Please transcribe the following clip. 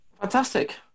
Fantastic